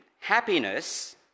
happiness